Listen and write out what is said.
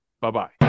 Bye-bye